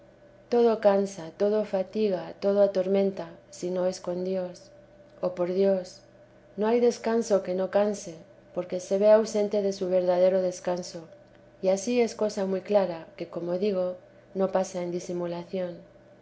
todo cansa todo fatiga todo atormenta si no es con dios o por dios no hay descanso que no canse porque se ve ausente de su verdadero desear y ansí es cosa muy clara que como digo no pasa en disimulación